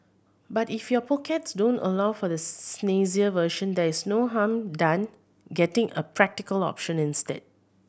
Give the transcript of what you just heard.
but if your pockets don't allow for the snazzier version there is no harm done getting a practical option instead